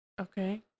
Okay